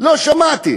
לא שמעתי.